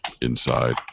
inside